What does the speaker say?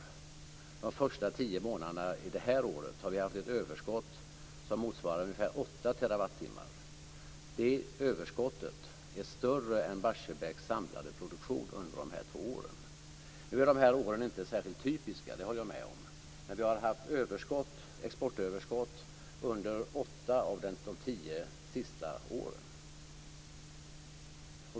Under de första tio månaderna av det här året har vi haft ett överskott som motsvarar ungefär 8 terawattimmar. Det överskottet är större än Barsebäcks samlade produktion under de här två åren. Jag håller med om att dessa år inte är särskilt typiska, men vi har haft exportöverskott under åtta av de tio senaste åren.